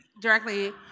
directly